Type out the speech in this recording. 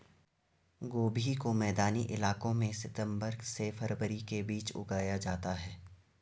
गोभी को मैदानी इलाकों में सितम्बर से फरवरी के बीच उगाया जाता है